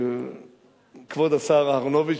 כבוד השר אהרונוביץ,